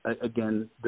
again